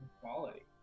quality